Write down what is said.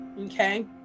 Okay